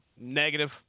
Negative